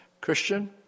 Christian